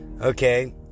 Okay